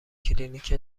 کلینیک